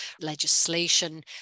legislation